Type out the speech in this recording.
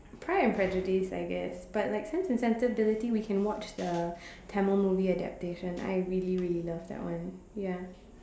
Pride and Prejudice I guess but like Sense and Sensibility we can watch the Tamil movie adaptation I really really love that one ya